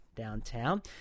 Downtown